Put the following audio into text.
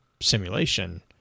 simulation